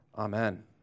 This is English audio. Amen